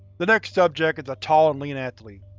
the next subject is a tall and lean athlete,